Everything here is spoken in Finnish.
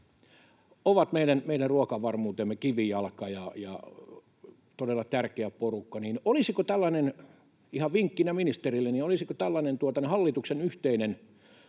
ovat meidän ruokavarmuutemme kivijalka ja todella tärkeä porukka, niin että olisiko tällainen — ihan vinkkinä ministerille — hallituksen yhteinen